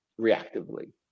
reactively